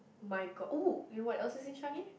my god oh you know what else is in Changi